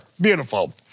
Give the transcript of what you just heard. Beautiful